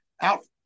out